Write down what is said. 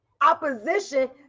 opposition